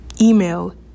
Email